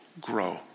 grow